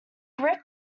grip